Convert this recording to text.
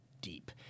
deep